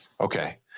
okay